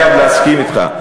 אני חייב להסכים אתך.